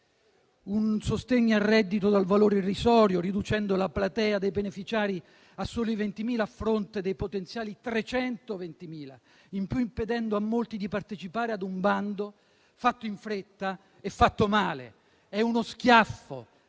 che com'è adesso ha un valore irrisorio e ha ridotto la platea dei beneficiari a soli 20.000 a fronte dei potenziali 320.000; in più impedendo a molti di partecipare a un bando fatto in fretta e male. È uno schiaffo